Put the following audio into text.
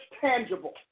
tangible